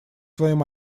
своим